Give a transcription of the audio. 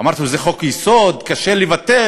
אמרתי לו: זה חוק-יסוד, קשה לבטל.